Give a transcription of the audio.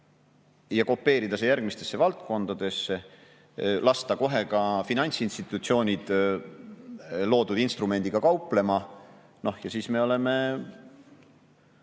kopeerida see järgmistesse valdkondadesse ja lasta kohe ka finantsinstitutsioonid loodud instrumendiga kauplema, siis on meie